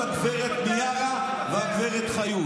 תתפטרו.